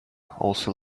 also